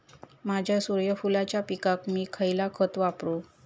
माझ्या सूर्यफुलाच्या पिकाक मी खयला खत वापरू?